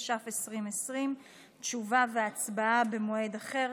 התש"ף 2020. תשובה והצבעה במועד אחר.